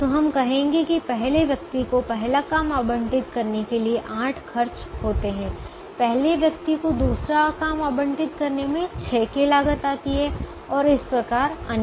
तो हम कहेंगे कि पहले व्यक्ति को पहला काम आवंटित करने के लिए 8 खर्च होते हैं पहले व्यक्ति को दूसरा काम आवंटित करने में 6 की लागत आती है और इस प्रकार अन्य